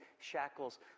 shackles